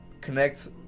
connect